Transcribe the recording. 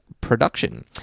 production